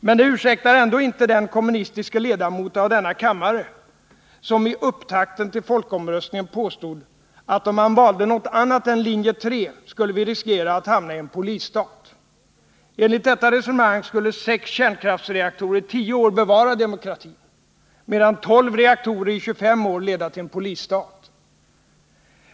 Men det ursäktar ändå inte den kommunistiske ledamot av denna kammare som i upptakten till folkomröstningen påstod att om man valde något annat än linje 3 skulle vi riskera att hamna i en polisstat. Enligt detta resonemang skulle 6 kärnkraftsreaktorer i 10 år bevara demokratin medan 12 reaktorer i 25 år skulle leda till en polisstat.